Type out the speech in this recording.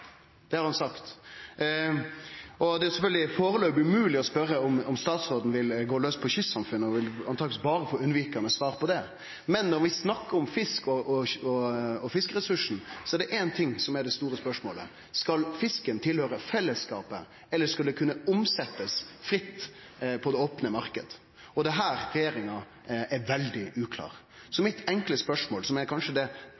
Det har han sagt. Det er foreløpig sjølvsagt umogleg å spørje om statsråden vil gå laus på kystsamfunna, for ein vil truleg berre få unnvikande svar på det. Men når vi snakkar om fisk og fiskeressursane, er det éin ting som er det store spørsmålet: Skal fisken høyre til fellesskapen, eller skal han kunne omsetjast fritt på den opne marknaden? Det er her regjeringa er veldig uklar. Mitt enkle spørsmål, som kanskje er det